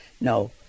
No